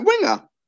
winger